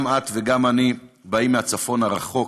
גם את וגם אני באים מהצפון הרחוק,